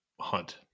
hunt